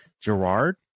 Gerard